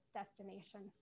destination